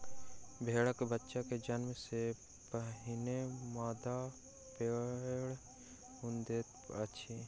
भेड़क बच्चा के जन्म सॅ पहिने मादा भेड़ ऊन दैत अछि